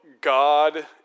God